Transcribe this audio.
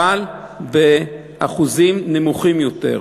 אבל באחוזים נמוכים יותר,